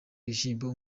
ibishyimbo